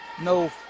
No